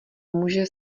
může